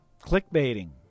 Clickbaiting